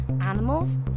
Animals